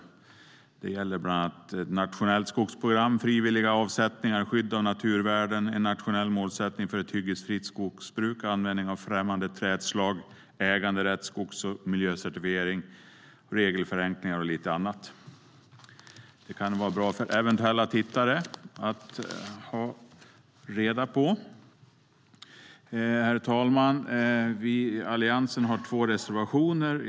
Betänkandet handlar bland annat om ett nationellt skogsprogram, frivilliga avsättningar, skydd av naturvärden, en nationell målsättning för ett hyggesfritt skogsbruk, användning av främmande trädslag, äganderätt, skogs och miljöcertifiering och regelförenkling. Det kan vara bra för eventuella tittare att ha reda på det. Herr talman! Vi i Alliansen har två reservationer.